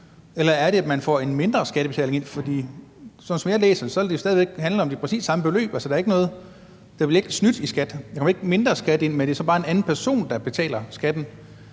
Eller er det, at man får en mindre skattebetaling ind? For som jeg læser det, vil det jo stadig væk handle om præcis det samme beløb. Altså, der bliver ikke snydt i skat; der kommer ikke mindre skat ind, men det er så bare en anden person, der betaler skatten.